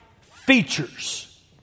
features